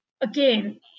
again